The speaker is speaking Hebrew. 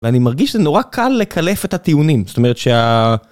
ואני מרגיש שזה נורא קל לקלף את הטיעונים, זאת אומרת שה...